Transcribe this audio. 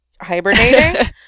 hibernating